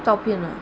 照片呢